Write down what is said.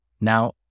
Now